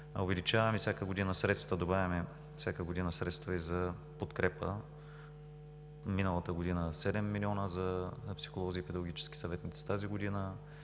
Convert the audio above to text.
Увеличаваме всяка година средствата, добавяме всяка година средства и за подкрепа. Миналата година – 7 милиона за психолози и педагогически съветници, тази година